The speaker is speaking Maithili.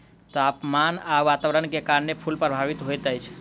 तापमान आ वातावरण के कारण फूल प्रभावित होइत अछि